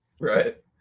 Right